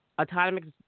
autonomous